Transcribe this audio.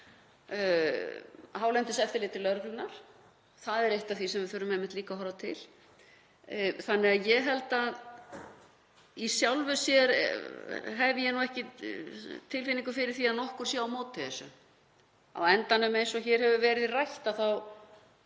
hálendiseftirliti lögreglunnar. Það er eitt af því sem við þurfum einmitt líka að horfa til. Í sjálfu sér hef ég ekki tilfinningu fyrir því að nokkur sé á móti þessu. Á endanum, eins og hér hefur verið rætt,